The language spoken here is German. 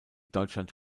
deutschland